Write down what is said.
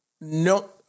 no